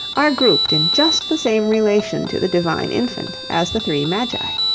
are grouped in just the same relation to the divine infant as the three magi.